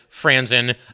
Franzen